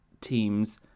team's